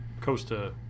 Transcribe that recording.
costa